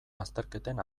azterketen